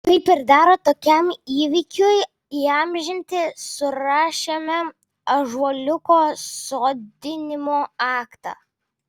kaip ir dera tokiam įvykiui įamžinti surašėme ąžuoliuko sodinimo aktą